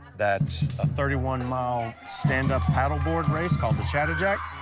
that's a thirty one mile standup paddleboard race called the chattajack,